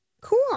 Cool